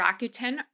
Rakuten